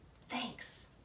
Thanks